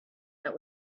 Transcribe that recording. that